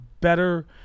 better